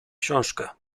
książkę